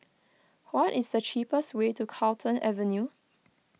what is the cheapest way to Carlton Avenue